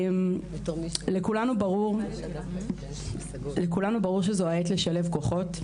לכולנו ברור שזו העת לשלב כוחות,